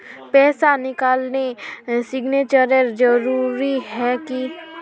पैसा निकालने सिग्नेचर जरुरी है की?